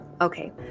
Okay